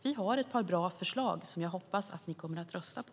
Vi har ett par bra förslag som jag hoppas att ni kommer att rösta på.